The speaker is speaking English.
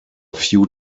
few